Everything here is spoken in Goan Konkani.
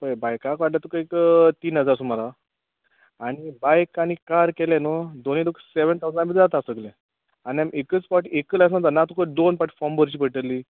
पळय बायका काडटा तुका एक तीन हजार सुमार आसा आनी बायक आनी कार केलें न्हय दोनूय तुक सॅवॅन थावजना बी जाता सगलें आनी आम एकच पाटी एक्क लायसन दिता ना तुका दोन पाटी फॉम भरचीं पडटलीं